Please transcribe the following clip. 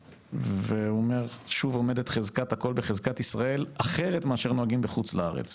והוא אומר שוב עומדת חזקת הכל בחזקת ישראל אחרת מאשר נוהגים בחוץ לארץ.